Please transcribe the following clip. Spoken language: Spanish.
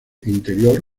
interior